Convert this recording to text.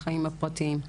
החיים הפרטיים.